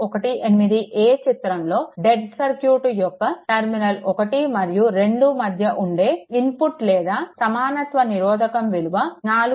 18a చిత్రంలోని dead circuit యొక్క terminal 1 మరియు 2 మధ్య ఉండే ఇన్పుట్ లేదా సమానత్వ నిరోధకం విలువ 4